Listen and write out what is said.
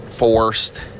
forced